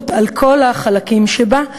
על כל החלקים שבה,